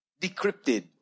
decrypted